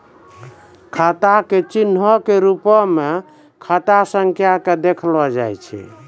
खाता के चिन्हो के रुपो मे खाता संख्या के देखलो जाय छै